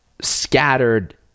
scattered